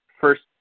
first